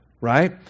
right